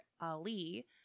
Ali